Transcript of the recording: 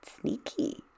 sneaky